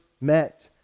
met